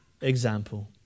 example